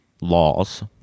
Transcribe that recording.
laws